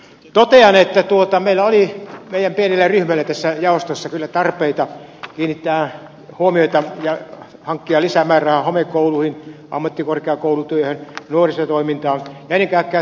totean että meillä oli meidän pienellä ryhmällämme tässä jaostossa kyllä tarpeita kiinnittää huomiota ja hankkia lisämäärärahaa homekouluihin ammattikorkeakoulutyöhön nuorisotoimintaan ja ennen kaikkea teattereihin ja orkestereihin